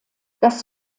das